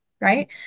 right